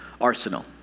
arsenal